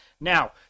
Now